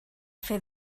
fer